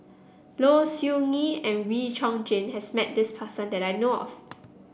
Low Siew Nghee and Wee Chong Jin has met this person that I know of